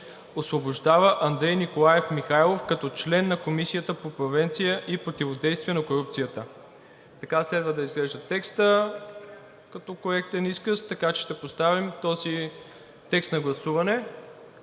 Освобождава Андрей Николаев Михайлов като член на Комисията по превенция и противодействие на корупцията.“ Така следва да изглежда текстът като коректен изказ, така ще подложим този текст на гласуване.